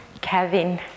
Kevin